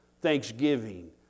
Thanksgiving